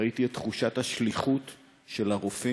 ראיתי את תחושת השליחות של הרופאים